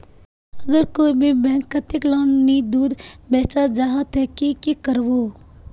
अगर कोई भी बैंक कतेक लोन नी दूध बा चाँ जाहा ते ती की करबो?